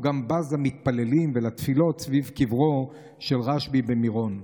הוא גם בז למתפללים ולתפילות סביב של קברו של רשב"י במירון.